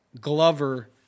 Glover